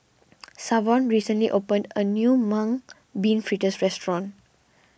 Savon recently opened a new Mung Bean Fritters restaurant